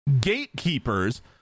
gatekeepers